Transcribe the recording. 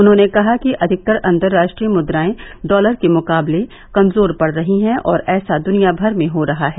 उन्होंने कहा कि अधिकतर अंतर्राष्ट्रीय मुद्रायें डॉलर के मुकाबले कमजोर पड़ रही हैं और ऐसा दुनियाभर में हो रहा है